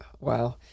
wow